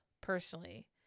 personally